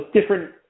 different